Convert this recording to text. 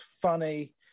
funny